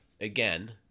again